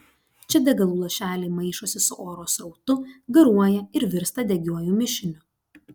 čia degalų lašeliai maišosi su oro srautu garuoja ir virsta degiuoju mišiniu